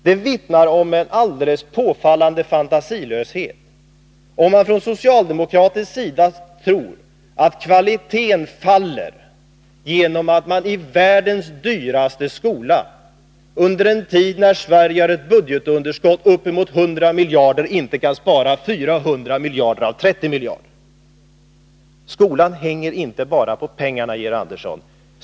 Det vittnar om en alldeles påfallande fantasilöshet om socialdemokraterna tror att kvaliteten faller genom att man i världens dyraste skola, under en tid när Sverige har ett budgetunderskott uppemot 100 miljarder kronor, inte kan spara 400 miljoner av 30 miljarder. Skolan hänger inte bara på pengarna, Georg Andersson.